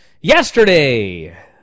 Yesterday